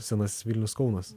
senasis vilnius kaunas